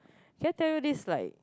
can I tell you this like